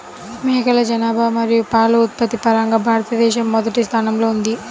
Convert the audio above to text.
మేకల జనాభా మరియు పాల ఉత్పత్తి పరంగా భారతదేశం మొదటి స్థానంలో ఉంది